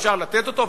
אפשר לתת אותו,